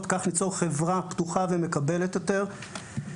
- כך ניצור חברה פתוחה ומקבלת יותר.